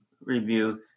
rebuke